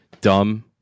dumb